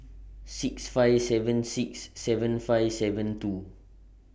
six five seven six seven five seven two